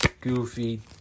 Goofy